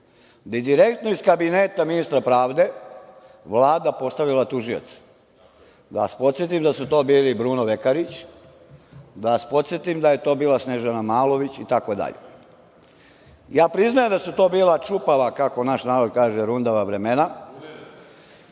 da je direktno iz Kabineta ministra pravde, Vlada postavila tužioce. Da vas podsetim da su to bili Bruno Lekarić, da vam se podsetim da je to bila Snežana Malović i tako dalje. Priznajem da su to bila čupava, kako naš narod kaže, rundava vremena